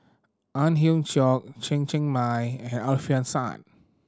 Ang Hiong Chiok Chen Cheng Mei and Alfian Sa'at